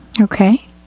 Okay